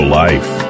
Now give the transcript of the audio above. life